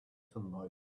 sunlight